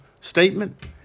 statement